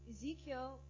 Ezekiel